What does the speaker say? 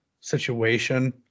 situation